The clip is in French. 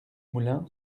moulin